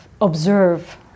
observe